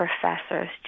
professors